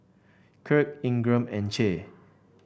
Kirk Ingram and Che